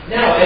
Now